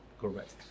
Correct